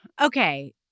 okay